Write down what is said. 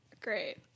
Great